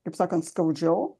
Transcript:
kaip sakant skaudžiau